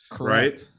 right